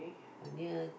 uh near